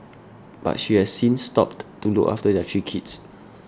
but she has since stopped to look after their three kids